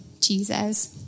Jesus